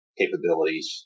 capabilities